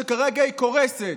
שכרגע היא קורסת.